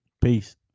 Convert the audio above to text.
peace